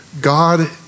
God